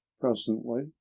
presently